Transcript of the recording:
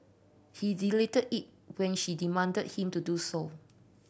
he deleted it when she demanded him to do so